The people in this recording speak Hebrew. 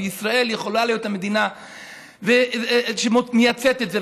וישראל יכולה להיות המדינה שמייצאת את זה,